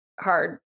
hard